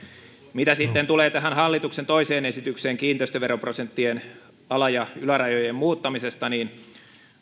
mitä sitten tulee hallituksen toiseen esitykseen kiinteistöveroprosenttien ala ja ylärajojen muuttamisesta niin